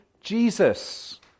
Jesus